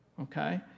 Okay